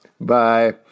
Bye